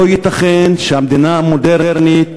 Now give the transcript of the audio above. לא ייתכן שהמדינה המודרנית,